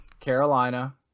carolina